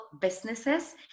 businesses